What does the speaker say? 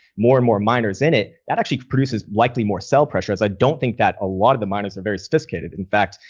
more and more minors in it, that actually produces slightly more sell pressures. i don't think that a lot of the miners are very sophisticated. in fact,